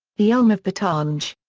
the elm of bettange.